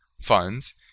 funds